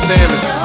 Sanders